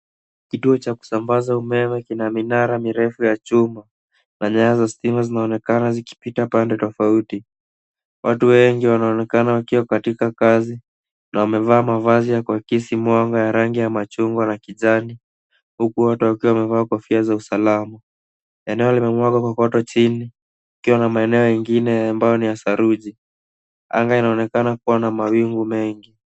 Kituo cha kusambaza umeme kina minara mirefu za chuma na nyaya za stima zinaonekana zikipita upande tofouti watu wengi wanaonekana wakiwa katika kazi na wamevaa mavazi yenye rangi ya machungwa na kijani huku watu wakiwa wamevaa kofia za usalama eneo la kumwaka kokoto chinjnna maeneo mengine ambayo ni ya saruji . Anga ambayo ni ya mawingu mengi.